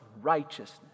righteousness